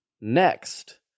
Next